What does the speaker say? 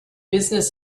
business